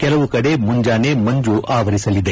ಕೆಲವು ಕಡೆಗಳಲ್ಲಿ ಮುಂಜಾನೆ ಮಂಜು ಆವರಿಸಲಿದೆ